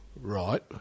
Right